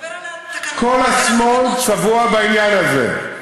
תדבר על התקנות, כל השמאל צבוע בעניין הזה,